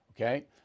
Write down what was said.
okay